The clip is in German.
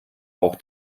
auch